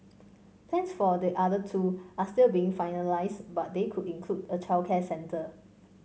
plans for the other two are still being finalised but they could include a childcare centre